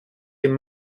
dem